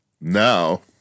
now